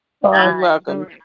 welcome